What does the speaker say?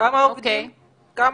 כמה עובדים?